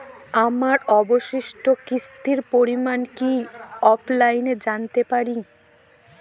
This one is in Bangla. আমার অবশিষ্ট কিস্তির পরিমাণ কি অফলাইনে জানতে পারি?